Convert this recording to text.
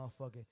motherfucker